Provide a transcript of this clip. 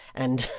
and